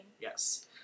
Yes